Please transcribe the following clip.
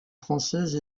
française